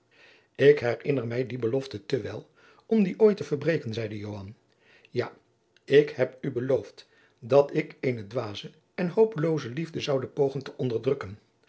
ik herinner mij die beloften te wel om die ooit te verbreken zeide joan ja ik heb u beloofd dat ik eene dwaze en hopelooze liefde zoude pogen te onderdrukken